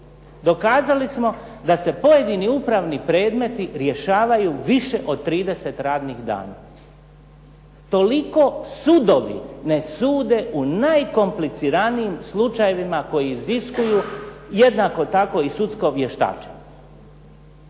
dokazali smo da se pojedini upravni predmeti rješavaju više od 30 radnih dana. Toliko sudovi ne sude u najkompliciranijim slučajevima koji iziskuju jednako tako i sudsko vještačenje.